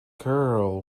girl